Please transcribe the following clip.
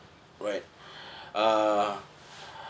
right uh